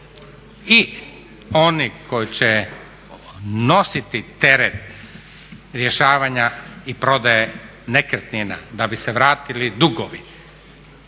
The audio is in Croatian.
i oni koji će nositi teret rješavanja i prodaje nekretnina da bi se vratili dugovi